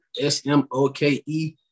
S-M-O-K-E